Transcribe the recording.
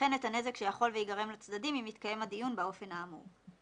וכן את הנזק שיכול וייגרם לצדדים אם יתקיים הדיון באופן האמור.